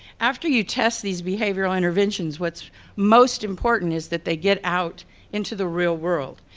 after you test these behavioral interventions, what's most important is that they get out into the real world.